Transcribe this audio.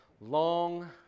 long